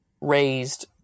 raised